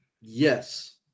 Yes